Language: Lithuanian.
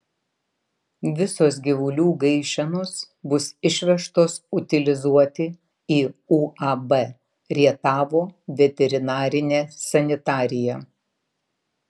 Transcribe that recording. visos gyvulių gaišenos bus išvežtos utilizuoti į uab rietavo veterinarinė sanitarija